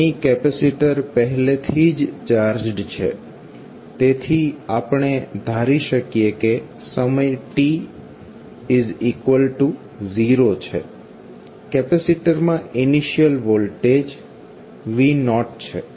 અહીં કેપેસીટર પહેલેથી જ ચાર્જડ છે તેથી આપણે ધારી શકીએ કે સમય t0 છે કેપેસીટરમાં ઇનિશિયલ વોલ્ટેજ V0 છે